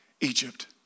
Egypt